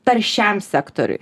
taršiam sektoriui